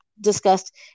discussed